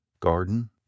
garden